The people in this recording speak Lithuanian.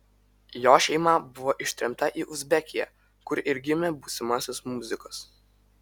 jo šeima buvo ištremta į uzbekiją kur ir gimė būsimasis muzikas